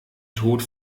tod